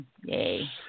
Yay